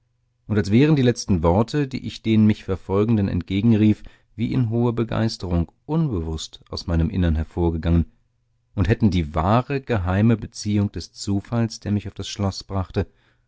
und als wären die letzten worte die ich den mich verfolgenden entgegenrief wie in hoher begeisterung unbewußt aus meinem innern hervorgegangen und hätten die wahre geheime beziehung des zufalls der mich auf das schloß brachte